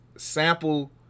sample